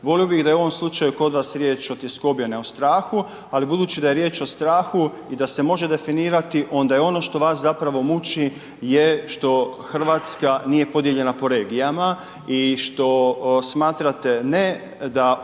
Volio bih da je u ovom slučaju kod vas riječ o tjeskobi, a ne o strahu, ali budući da je riječ o strahu i da se može definirati, onda je ono što vas zapravo muči je što RH nije podijeljena po regijama i što smatrate ne da